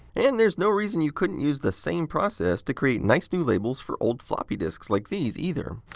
and, there's no reason you couldn't use the same process to create nice, new labels for old floppy disks like these, either.